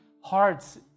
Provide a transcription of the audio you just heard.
hearts